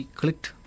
clicked